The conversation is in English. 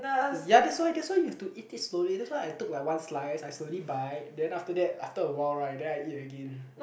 ya that's why that's why you have to eat it slowly that's why I took like one slice I slowly bite then after that after awhile right then I eat again